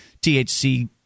THC